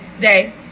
Day